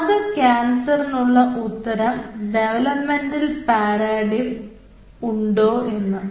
അത് ക്യാന്സറിനുള്ള ഉത്തരം ഡെവലപ്മെൻറൽ പാരാടിമിൽ ഉണ്ടോ എന്ന്